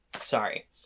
Sorry